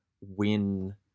win